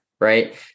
right